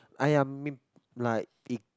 !aiya! mean like it